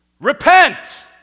repent